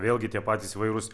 vėlgi tie patys įvairūs